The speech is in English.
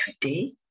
today